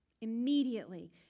immediately